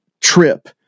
trip